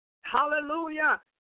Hallelujah